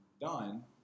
done